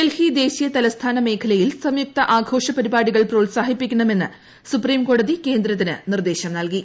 ഡൽഹി ദേശീയ തലസ്ഥാന മേഖലയിൽ സംയുക്ത ആഘോഷ പരിപാടികൾ പ്രോത്സാഹിപ്പിക്കണമെന്ന് സുപ്രീംകോടതി കേന്ദ്രത്തിന് നിർദ്ദേശം നൽകി